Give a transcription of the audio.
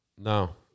No